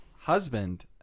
husband